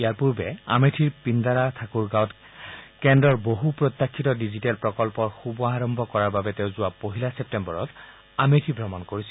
ইয়াৰ পূৰ্বে আমেথীৰ পিন্দাৰা ঠাকুৰ গাঁৱত কেন্দ্ৰৰ বহু প্ৰত্যাফিত ডিজিটেল প্ৰকল্পৰ শুভাৰম্ভ কৰাৰ বাবে তেওঁ যোৱা পহিলা ছেপ্তেম্বৰত আমেথী ভ্ৰমণ কৰিছিল